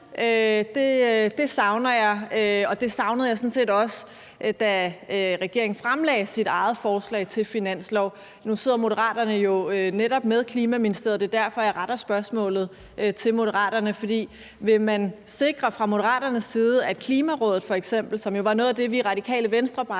savner jeg, og det savnede jeg sådan set også, da regeringen fremlagde sit eget forslag til finanslov. Nu sidder Moderaterne jo netop med Klima-, Energi- og Forsyningsministeriet, og det er derfor, jeg retter spørgsmålet til Moderaterne. Vil man sikre fra Moderaternes side, at f.eks. Klimarådet – som jo var noget af det, som vi i Radikale Venstre bragte